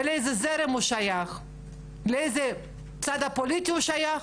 ולאיזה זרם הוא שייך ולאיזה צד פוליטי הוא שייך,